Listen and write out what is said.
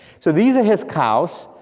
so these are his cows,